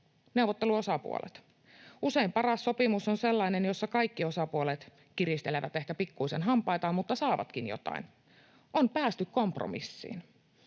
neuvotteluosapuolet. Usein paras sopimus on sellainen, jossa kaikki osapuolet kiristelevät ehkä pikkuisen hampaitaan mutta saavatkin jotain, on päästy kompromissiin.